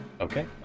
Okay